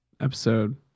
Episode